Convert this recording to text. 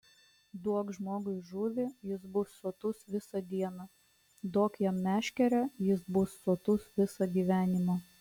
duok žmogui žuvį jis bus sotus visą dieną duok jam meškerę jis bus sotus visą gyvenimą